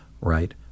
right